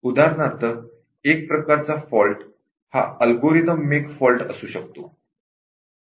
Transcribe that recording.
उदाहरणार्थ एक प्रकारचा फॉल्ट हा "अल्गोरिदम मेक फॉल्ट" असू शकतो